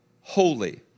holy